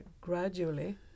gradually